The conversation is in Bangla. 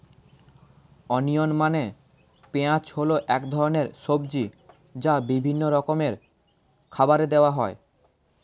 অনিয়ন মানে পেঁয়াজ হল এক ধরনের সবজি যা বিভিন্ন রকমের খাবারে দেওয়া হয়